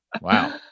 wow